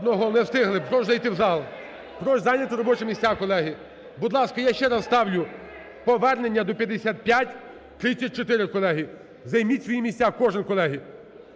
Одного, не встигли. Прошу зайти в зал, прошу зайняти робочі місця, колеги. Будь ласка, я ще раз ставлю повернення до 5534, колеги. Займіть свої місця кожен, колеги.